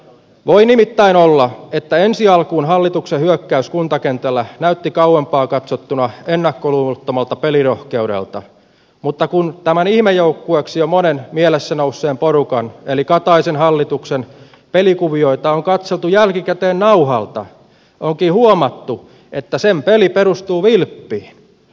voi nimittäin olla että ensi alkuun hallituksen hyökkäys kuntakentällä näytti kauempaa katsottuna ennakkoluulottomalta pelirohkeudelta mutta kun tämän jo ihmejoukkueeksi monen mielessä nousseen porukan eli kataisen hallituksen pelikuvioita on katseltu jälkikäteen nauhalta onkin huomattu että sen peli perustuu vilppiin